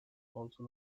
also